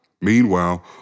Meanwhile